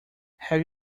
have